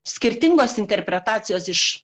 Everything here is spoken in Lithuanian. skirtingos interpretacijos iš